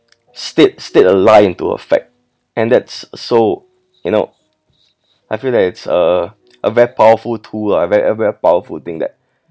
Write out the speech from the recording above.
state state a lie into a fact and that's so you know I feel like it's uh a very powerful tool a very very powerful thing that